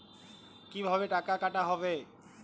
কিভাবে টাকা কাটা হবে?